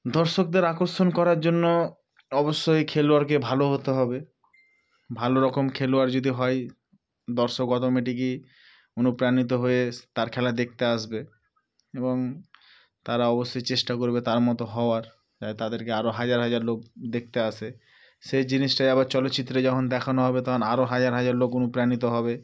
দর্শকদের আকর্ষণ করার জন্য অবশ্যই খেলোয়াড়কে ভালো হতে হবে ভালো রকম খেলোয়াড় যদি হয় দর্শক অটোমেটিকই অনুপ্রাণিত হয়ে তার খেলা দেখতে আসবে এবং তারা অবশ্যই চেষ্টা করবে তার মতো হওয়ার তাই তাদেরকে আরও হাজার হাজার লোক দেখতে আসে সেই জিনিসটাই আবার চলচ্চিত্রে যখন দেখানো হবে তখন আরও হাজার হাজার লোক অনুপ্রাণিত হবে